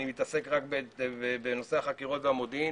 אני מתעסק רק בנושא החקירות והמודיעין